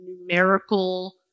numerical